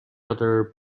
other